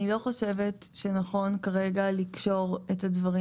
אני לא חושבת שנכון כרגע לקשור את הדברים